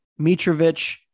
Mitrovic